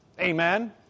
Amen